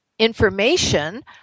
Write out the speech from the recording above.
information